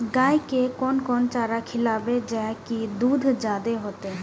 गाय के कोन कोन चारा खिलाबे जा की दूध जादे होते?